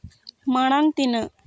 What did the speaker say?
ᱢᱟᱲᱟᱝ ᱛᱮᱱᱟᱜ